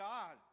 God